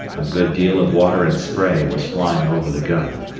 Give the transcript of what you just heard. a good deal of water and spray was flying over the gun,